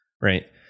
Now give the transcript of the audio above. Right